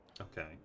Okay